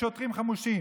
עם שוטרים חמושים,